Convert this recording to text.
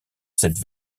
cette